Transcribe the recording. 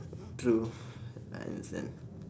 true I understand